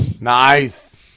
Nice